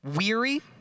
weary